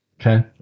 Okay